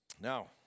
Now